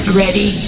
ready